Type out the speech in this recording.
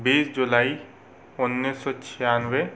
बीस जुलाई सौ छियानवे